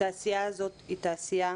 התעשייה הזאת היא תעשייה